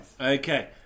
Okay